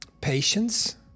patience